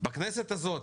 בכנסת הזאת,